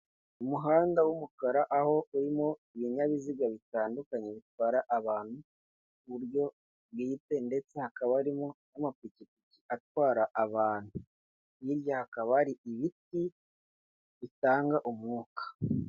Umuhanda w'umukara aho urimo ibinyabiziga bitandukanye bitwara abantu, ku buryo bwite ndetse hakaba harimo n'amapikipiki atwara abantu, hirya hakaba hari ibiti bitanga umwuka.